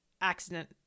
accident